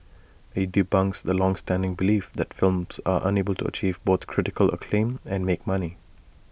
IT debunks the longstanding belief that films are unable to achieve both critical acclaim and make money